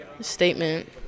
statement